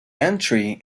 entry